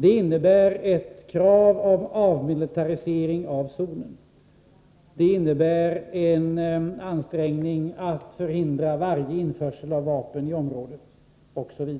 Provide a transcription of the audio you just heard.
Det innebär ett krav på avmilitarisering av zonen, en ansträngning att förhindra varje införsel av vapen till området osv.